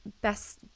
best